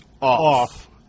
off